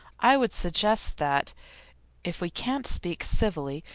i would suggest that if we can't speak civilly,